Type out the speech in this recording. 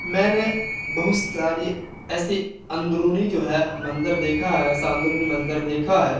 میں نے بہت ساری ایسی اندرونی جو ہے منظر دیکھا ہے ایسا اندرونی منظر دیکھا ہے